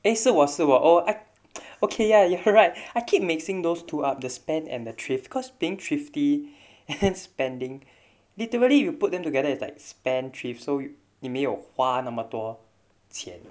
eh 是我是我 oh I okay ya you're right I keep mixing those two up the spend and the thrift cause being thrifty and spending literally you put them together it's like spendthrift so 你没有花那么多钱